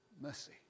mercy